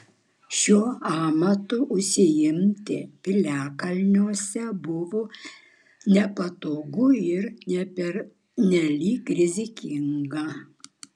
šiuo amatu užsiimti piliakalniuose buvo nepatogu ir pernelyg rizikinga